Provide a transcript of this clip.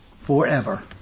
forever